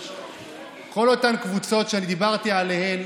כל אותן קבוצות שאני דיברתי עליהן,